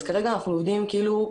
אז כרגע אנחנו עובדים על